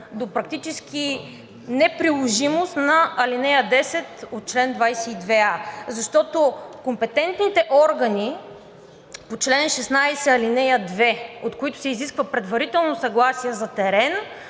до практическа неприложимост на ал. 10 от чл. 22а. Защото компетентните органи по чл. 16, ал. 2, от които се изисква предварително съгласие за терен,